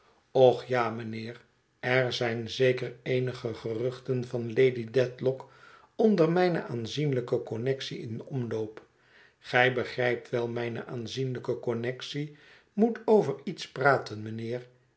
och ja mijnheer er zijn zeker eenige geruchten van lady dedlock onder mijne aanzienlijke connectie in omloop gij begrijpt wel mijne aanzienlijke connectie moet over iets praten mijnheer